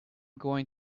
going